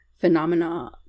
phenomena